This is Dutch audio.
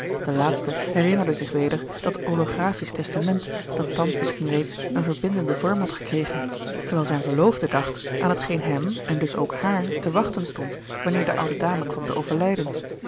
de laatste herinnerde zich weder dat olographisch testament dat thans misschien reeds een verbindenden vorm had gekregen terwijl zijne verloofde dacht aan hetgeen hem en dus ook haar te wachten stond wanneer de oude dame kwam te overlijden